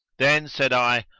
then said i,